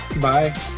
Bye